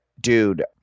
dude